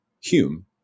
Hume